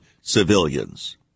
civilians